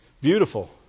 Beautiful